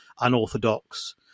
unorthodox